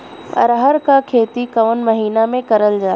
अरहर क खेती कवन महिना मे करल जाला?